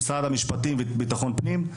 משרד המשפטים וביטחון פנים,